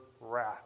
wrath